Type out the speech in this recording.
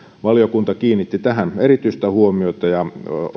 valiokunta kiinnitti tähän erityistä huomiota ja